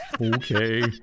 Okay